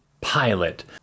Pilot